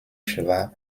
schwach